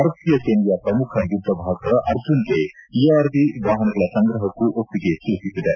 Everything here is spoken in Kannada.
ಭಾರತೀಯ ಸೇನೆಯ ಪ್ರಮುಖ ಯುಧ್ರವಾಹನ ಅರ್ಜುನ್ಗೆ ಎಆರ್ವಿ ವಾಹನಗಳ ಸಂಗ್ರಹಕ್ಕೂ ಒಪ್ಪಿಗೆ ಸೂಚಿಸಿದೆ